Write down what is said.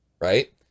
right